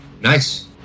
Nice